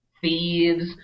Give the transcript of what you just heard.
Thieves